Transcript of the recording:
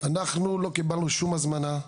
אנחנו לא קיבלנו שום הזמנה,